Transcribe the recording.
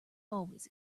always